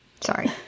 Sorry